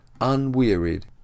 unwearied